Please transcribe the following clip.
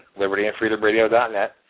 libertyandfreedomradio.net